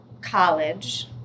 college